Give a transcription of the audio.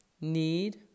need